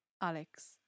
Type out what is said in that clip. Alex